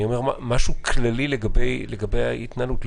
אני אומר משהו כללי לגבי ההתנהלות.